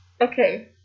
Okay